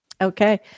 Okay